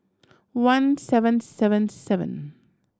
one seven seven seven